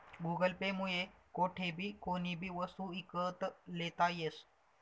Google Pay मुये कोठेबी कोणीबी वस्तू ईकत लेता यस